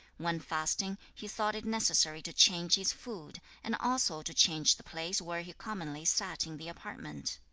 when fasting, he thought it necessary to change his food, and also to change the place where he commonly sat in the apartment.